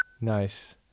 Nice